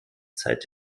zeit